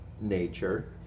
nature